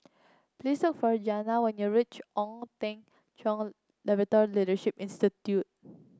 please sir for Janay when you reach Ong Teng Cheong Labourt Leadership Institute